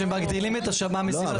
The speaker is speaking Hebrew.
שמגדילים את --- מסביב לשב"ן?